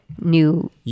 new